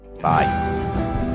Bye